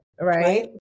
Right